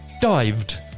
dived